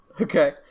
Okay